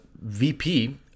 VP